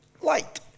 light